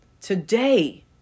Today